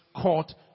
court